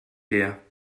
der